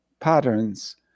patterns